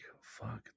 fuck